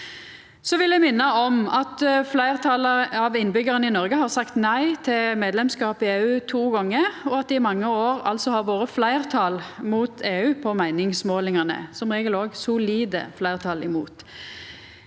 Eg vil minna om at fleirtalet av innbyggjarane i Noreg har sagt nei til medlemskap i EU to gonger, og at det i mange år har vore fleirtal mot EU på meiningsmålingane – som regel òg solide fleirtal imot.